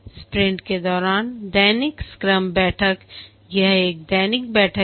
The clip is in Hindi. स्प्रिंट के दौरान दैनिक स्क्रम बैठक यह एक दैनिक बैठक है